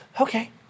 okay